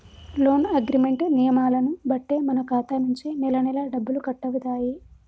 loan agreement నియమాలను బట్టే మన ఖాతా నుంచి నెలనెలా డబ్బులు కట్టవుతాయి